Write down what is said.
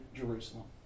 Jerusalem